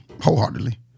Wholeheartedly